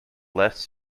less